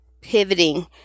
pivoting